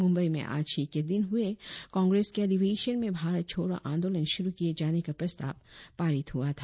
मुंबई में आज ही के दिन हुए कांग्रेस के अधिवेशन में भारत छोड़ो आंदोलन शुरु किए जाने का प्रस्ताव पारित हुआ था